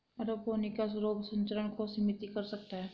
aeroponics रोग संचरण को सीमित कर सकता है